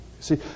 see